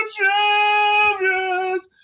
champions